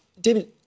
David